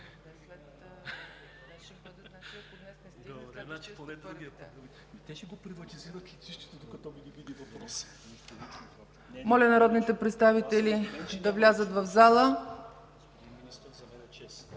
Моля народните представители да влязат в залата.